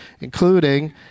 including